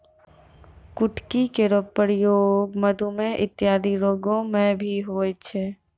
कुटकी केरो प्रयोग मधुमेह इत्यादि रोग म भी होय छै